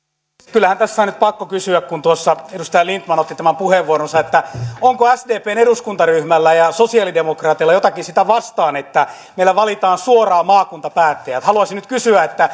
kyllähän tässä on nyt pakko kysyä kun tuossa edustaja lindtman otti esille tämän puheenvuorossaan onko sdpn eduskuntaryhmällä ja sosialidemokraateilla jotakin sitä vastaan että meillä valitaan suoraan maakuntapäättäjät haluaisin nyt kysyä